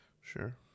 Sure